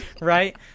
right